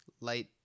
light